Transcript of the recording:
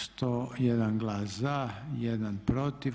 101 glas za, 1 protiv.